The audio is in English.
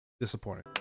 disappointing